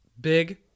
big